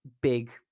Big